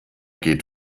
geht